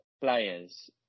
players